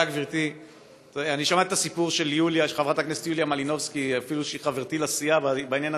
אף-על-פי שהיא חברתי לסיעה.